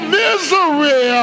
misery